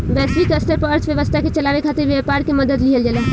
वैश्विक स्तर पर अर्थव्यवस्था के चलावे खातिर व्यापार के मदद लिहल जाला